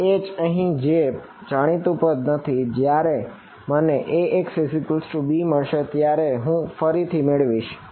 આ H અહીં જે જાણીતું પદ નથી જયારે મને Axb મળશે ત્યારે તેને હું ફરીથી મેળવીશ